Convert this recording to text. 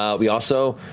um we also,